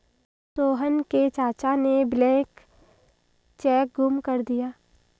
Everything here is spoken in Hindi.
सोहन के चाचा ने ब्लैंक चेक गुम कर दिया